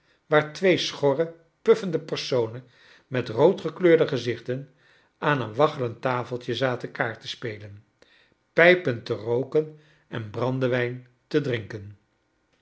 waar twee schorre puffende personen met roodgekleurde geziohten aan een waggelend tafeltje zaten kaart te spelen pijpen te rooken en brandewijn te drinken